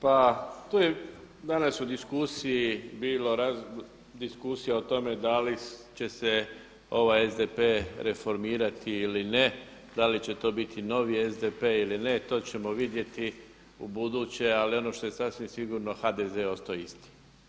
Pa tu je danas u diskusiji bilo raznih diskusija o tome da će se ovaj SDP reformirati ili ne, da li će to biti novi SDP ili ne to ćemo vidjeti ubuduće, ali ono što je sasvim sigurno HDZ je ostao isti.